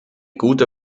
gute